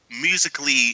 musically